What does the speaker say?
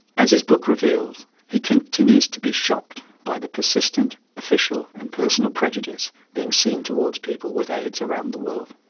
as his book reveals he continues to be shocked by the persistent official and personal prejudice being seen towards people with aids around the world.